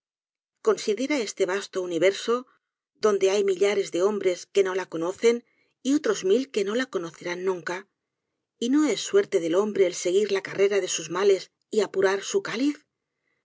este vasto universo donde hay millares de hombres que ñola conocen y otros mil que no la conocerán nunca y no es suerte del hombre el seguir la carrera de sus ma'es y apurar su cáliz